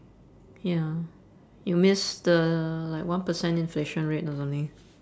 ya you miss the like one percent inflation rate or something